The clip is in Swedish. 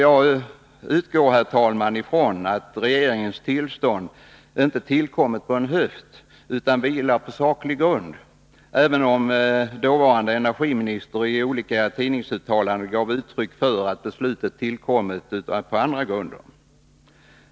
Jag utgår, herr talman, från att regeringens tillstånd inte tillkommit på en höft utan vilar på saklig grund, även om dåvarande energiministern i olika tidningsuttalanden gav uttryck för att beslutet tillkommit på andra grunder.